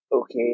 okay